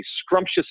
scrumptious